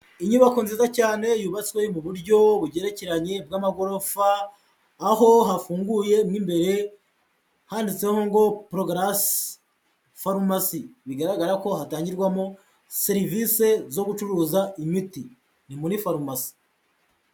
Inyubako nziza cyane yubatswe mu buryo bugerekeranye bw'amagorofa, aho hafunguye mo imbere handitseho ngo porogarasi farumasi, bigaragara ko hatangirwamo serivisi zo gucuruza imiti, ni muri farumasi.